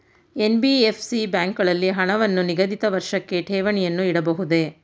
NBFC ಬ್ಯಾಂಕುಗಳಲ್ಲಿ ಹಣವನ್ನು ನಿಗದಿತ ವರ್ಷಕ್ಕೆ ಠೇವಣಿಯನ್ನು ಇಡಬಹುದೇ?